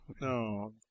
No